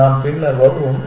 நாம் பின்னர் வருவோம்